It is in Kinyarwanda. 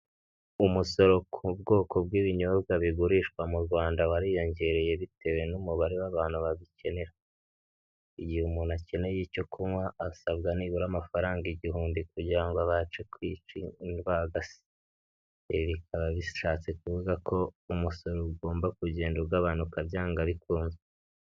Umusoro ku bwoko bw'ibinyobwa bigurishwa mu Rwanda wariyongereye bitewe n'umubare w'abantu babikenera, igihe umuntu akeneye icyo kunywa asabwa nibura amafaranga igihumbi kugira ngo abashe kwica ingwagasi, ibi bikaba bishatse kuvuga ko umusoro ugomba kugenda ugabanuka byanga bikunze.